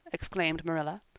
exclaimed marilla.